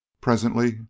Presently